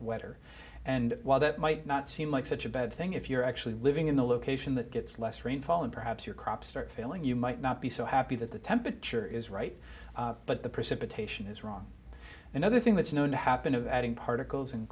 wetter and while that might not seem like such a bad thing if you're actually living in a location that gets less rainfall and perhaps your crops start failing you might not be so happy that the temperature is right but the precipitation is wrong another thing that's known to happen of adding particles